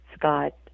Scott